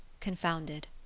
confounded